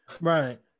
Right